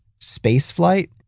spaceflight